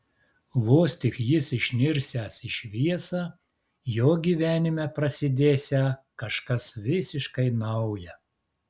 vos tik jis išnirsiąs į šviesą jo gyvenime prasidėsią kažkas visiškai nauja